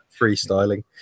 freestyling